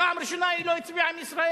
פעם ראשונה היא לא הצביעה עם ישראל.